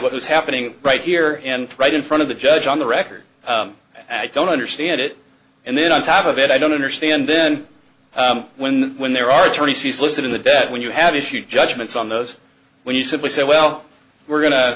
what is happening right here and right in front of the judge on the record i don't understand it and then on top of it i don't understand then when when there are attorney's fees listed in the debt when you have issued judgments on those when you simply say well we're going to